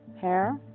hair